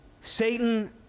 Satan